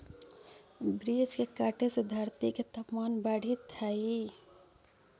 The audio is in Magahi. वृक्ष के कटे से धरती के तपमान बढ़ित हइ